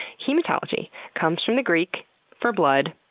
hematology comes from the greek for blood.